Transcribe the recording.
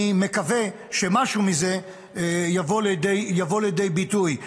אני מקווה שמשהו מזה יבוא לידי ביטוי.